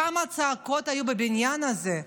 כמה צעקות היו בבניין הזה,